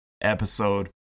episode